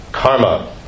Karma